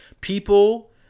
people